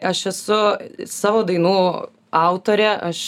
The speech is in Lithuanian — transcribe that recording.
aš esu savo dainų autorė aš